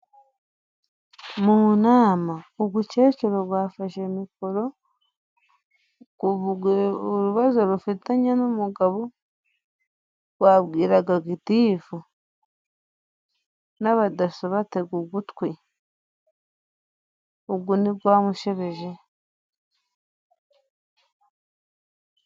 Mu nama ubucecuru bwafashe mikoro, buvuga ibibazo bufitanye n'umugabo babwiraga gitifu n'abadaso batega ugutwi ubwo ntibwamushebeje?